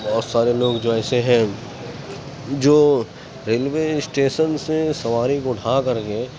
بہت سارے لوگ جو ایسے ہیں جو ریلوے اسٹیشن سے سواری کو اٹھا کر کے